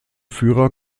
führer